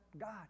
God